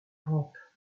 rampes